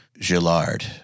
Gillard